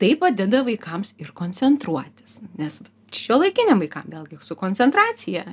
tai padeda vaikams ir koncentruotis nes šiuolaikiniam vaikam vėlgi su koncentracija